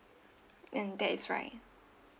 and that is right